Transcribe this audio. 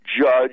Judge